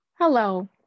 Hello